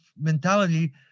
mentality